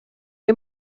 ihr